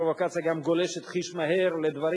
הפרובוקציה גם גולשת חיש מהר לדברים